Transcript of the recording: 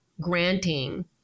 granting